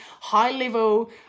high-level